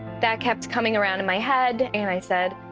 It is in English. that kept coming around in my head. and i said,